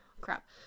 crap